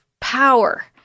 power